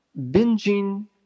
binging